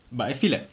but I feel like